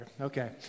Okay